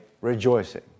rejoicing